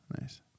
Nice